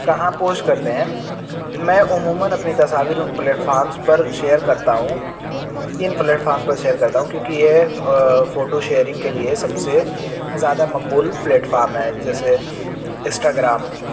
کہاں پوسٹ کرتے ہیں میں عموماً اپنی تصاویر ان پلیٹفارمس پر شیئر کرتا ہوں ان پلیٹفام پر شیئر کرتا ہوں کیونکہ یہ فوٹو شیئرنگ کے لیے سب سے زیادہ مقبول پلیٹفام ہے جیسے اسٹاگرام